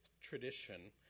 tradition